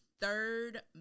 third